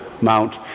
Mount